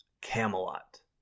camelot